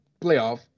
playoff